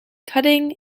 cutting